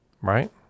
right